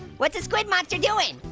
what's the squid monster doing?